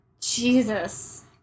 Jesus